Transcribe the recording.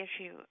issue